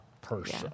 person